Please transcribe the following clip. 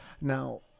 Now